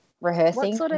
rehearsing